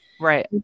Right